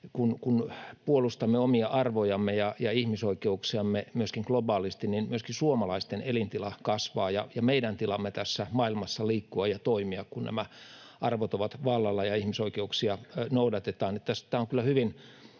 kun puolustamme omia arvojamme ja ihmisoikeuksiamme myöskin globaalisti, niin kasvaa myöskin suomalaisten elintila ja meidän tilamme tässä maailmassa liikkua ja toimia, kun nämä arvot ovat vallalla ja ihmisoikeuksia noudatetaan. Eli nämä ovat